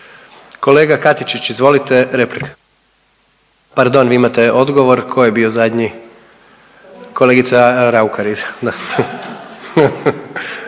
Kolega Katičić, izvolite, replika. Pardon, vi imate odgovor, tko je bio zadnji. Kolegica Raukar, da.